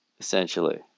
essentially